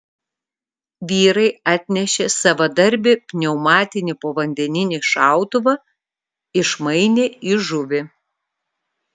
vyrai atnešė savadarbį pneumatinį povandeninį šautuvą išmainė į žuvį